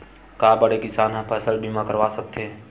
का बड़े किसान ह फसल बीमा करवा सकथे?